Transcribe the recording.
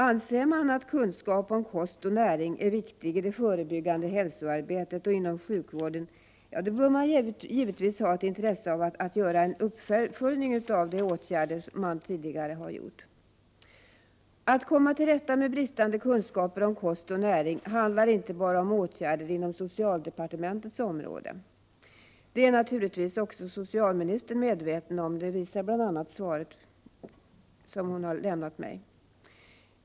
Anser man att kunskap om kost och näring är viktig i det förebyggande hälsoarbetet och inom sjukvården bör man givetvis ha ett intresse av att göra en uppföljning av de åtgärder som tidigare vidtagits. Att komma till rätta med bristande kunskaper om kost och näring handlar inte bara om åtgärder inom socialdepartementets område. Detta är naturligtvis också socialministern medveten om — det framgår bl.a. av det svar som hon har lämnat mig.